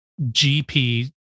GP